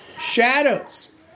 shadows